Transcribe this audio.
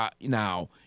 now